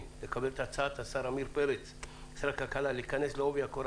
לקבל את הצעת השר הכלכלה עמיר פרץ להיכנס לעובי הקורה